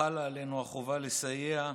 חלה עלינו החובה לסייע,